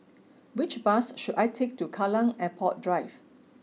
which bus should I take to Kallang Airport Drive